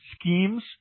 schemes